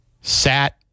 sat